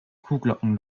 kuhglocken